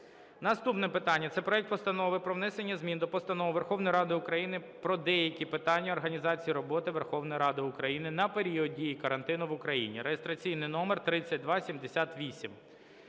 Наступне питання. Це проект Постанови про внесення змін до Постанови Верховної Ради України "Про деякі питання організації роботи Верховної Ради України на період дії карантину в Україні" (реєстраційний номер 3278).